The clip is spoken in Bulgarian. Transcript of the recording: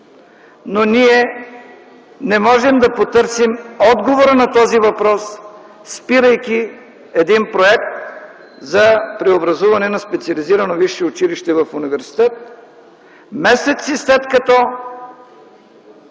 Ние не можем да потърсим отговора на този въпрос, спирайки един проект за преобразуване на специализирано висше училище в университет, месеци след като